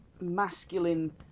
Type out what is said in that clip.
masculine